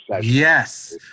Yes